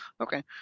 Okay